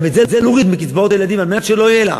גם את זה להוריד מקצבאות הילדים על מנת שלא יהיה לה,